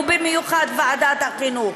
ובמיוחד ועדת החינוך.